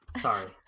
Sorry